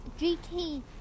GT